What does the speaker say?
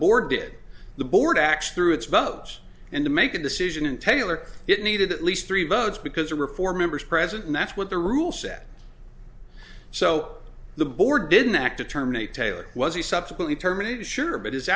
board did the board actually through its votes and to make a decision and tailor it needed at least three votes because the reform members present and that's what the rule set so the board didn't act to terminate taylor was he subsequently terminated sure but his